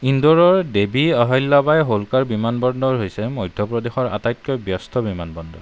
ইন্দোৰৰ দেৱী অহল্যাবাই হোলকাৰ বিমানবন্দৰ হৈছে মধ্যপ্ৰদেশৰ আটাইতকৈ ব্যস্ত বিমানবন্দৰ